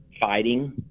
fighting